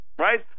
Right